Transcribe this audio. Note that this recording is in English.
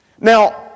Now